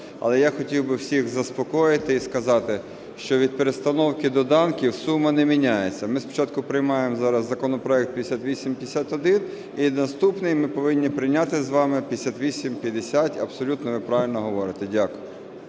Але я хотів би всіх заспокоїти і сказати, що від перестановки доданків сума не міняється. Ми спочатку приймаємо зараз законопроект 5851 і наступний ми повинні прийняти з вами 5850. Абсолютно ви правильно говорите. Дякую.